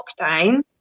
lockdown